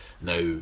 now